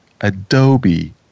Adobe